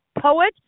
poet